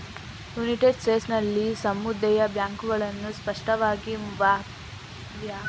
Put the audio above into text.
United States ನಲ್ಲಿ ಸಮುದಾಯ ಬ್ಯಾಂಕುಗಳನ್ನು ಸ್ಪಷ್ಟವಾಗಿ ವ್ಯಾಖ್ಯಾನಿಸಲಾಗಿಲ್ಲ